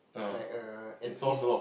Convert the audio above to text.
like a an ease